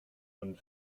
und